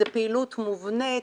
זו פעילות מובנית,